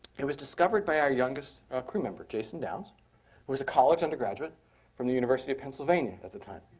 it was discovered by our youngest crew member, jason downs, who was a college undergraduate from the university of pennsylvania at the time.